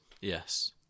Yes